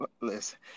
Listen